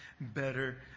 better